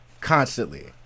constantly